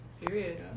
Period